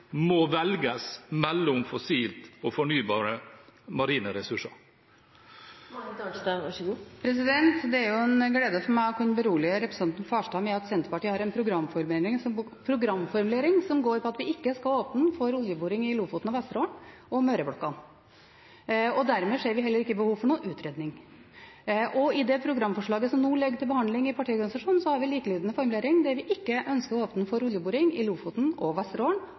må velges mellom fossile og fornybare marine ressurser? Det er en glede for meg å kunne berolige representanten Farstad med at Senterpartiet har en programformulering som går på at vi ikke skal åpne for oljeboring i Lofoten og Vesterålen og Møre-blokkene. Dermed ser vi heller ikke behov for noen utredning. I det programforslaget som nå ligger til behandling i partiorganisasjonen, har vi en likelydende formulering, at vi ikke ønsker å åpne for oljeboring i Lofoten og Vesterålen